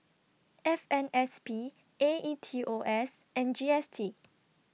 F M S P A E T O S and G S T